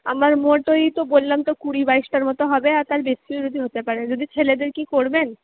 আমার মোট ওই তো বললাম তো কুড়ি বাইশটার মতো হবে আর তার বেশিও যদি হতে পারে যদি ছেলেদের কী করবেন